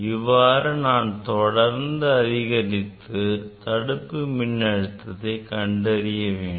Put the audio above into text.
இவ்வாறு நான் தொடர்ந்து அதிகரித்து தடுப்பு மின் அழுத்தத்தை கண்டறிய வேண்டும்